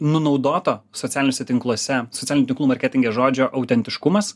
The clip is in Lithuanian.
nunaudoto socialiniuose tinkluose socialinių tinklų marketinge žodžio autentiškumas